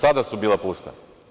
Još tada su bila pusta.